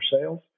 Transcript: sales